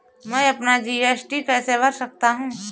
मैं अपना जी.एस.टी कैसे भर सकता हूँ?